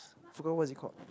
forgot what is it called